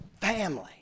family